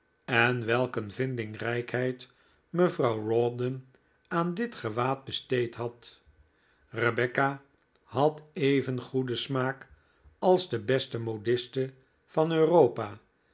en welk een vindingrijkheid mevrouw rawdon aan dit gewaad besteed had rebecca had even goeden smaak als de beste modiste van europa